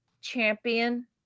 champion